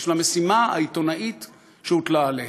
בשביל המשימה העיתונאית שהוטלה עליהם.